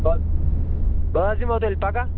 بہٕ حظ یِمہٕ ہو تیٚلہِ پَگاہ